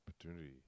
opportunity